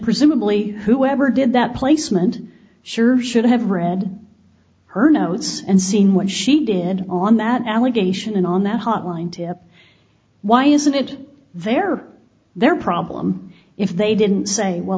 presumably whoever did that placement sure should have read her notes and seen what she did on that allegation and on the hotline tip why isn't it there their problem if they didn't say well